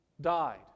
died